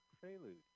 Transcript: prelude